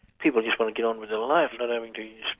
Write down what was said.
people just want to get on with their lives, not having to,